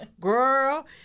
girl